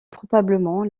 probablement